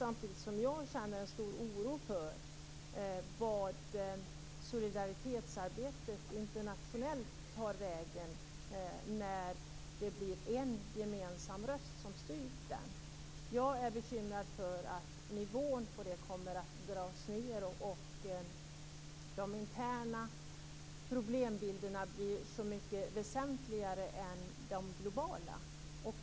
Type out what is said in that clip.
Samtidigt känner jag en stor oro för vart det internationella solidaritetsarbetet tar vägen när det blir en gemensam röst som styr detta. Jag är bekymrad för att nivån på det kommer att dras ned och för att de interna problembilderna blir mycket väsentligare än de globala.